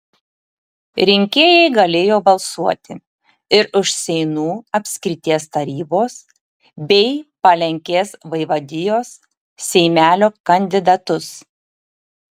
rinkėjai galėjo balsuoti ir už seinų apskrities tarybos bei palenkės vaivadijos seimelio kandidatus